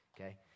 okay